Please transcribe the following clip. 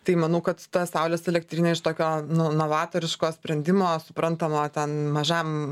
tai manau kad ta saulės elektrinė iš tokio no novatoriško sprendimo suprantamo ten mažam